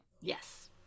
Yes